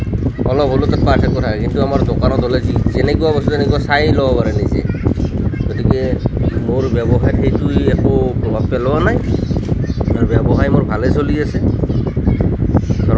অলপ হ'লেও তাত পাৰ্থক্য থাকে কিন্তু আমাৰ দোকানত হ'লে যি যেনেকুৱা বস্তু তেনেকুৱা চায়েই ল'ব পাৰে নিজে গতিকে মোৰ ব্যৱসায়ত সেইটোই একো প্ৰভাৱ পেলোৱা নাই আৰু ব্যৱসায় মোৰ ভালেই চলি আছে